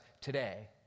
today